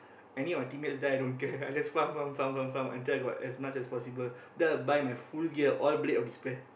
I need my teammates die I don't care I just farm farm farm farm farm until I got as much as possible then I'll buy my full gear all blade of despair